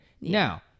Now